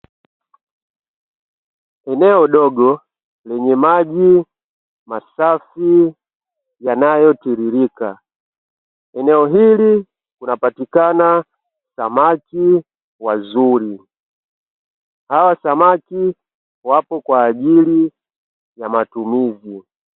Eneo dogo lenye maji masafi yanayotiririka. Eneo hili kunapatikana samaki wazuri: samaki hawa wapo kwaaili ya matumizi.